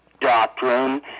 doctrine